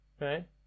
Right